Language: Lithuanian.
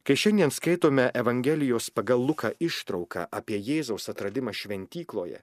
kai šiandien skaitome evangelijos pagal luką ištrauką apie jėzaus atradimą šventykloje